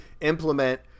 implement